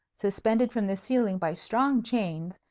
suspended from the ceiling by strong chains,